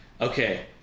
okay